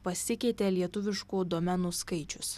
pasikeitė lietuviškų domenų skaičius